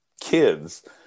kids